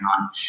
on